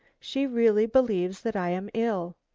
she really believes that i am ill.